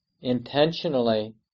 intentionally